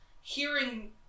hearing